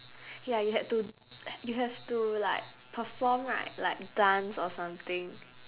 ya you had to h~ you have to like perform right like dance or something